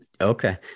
Okay